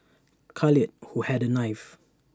Khalid who had A knife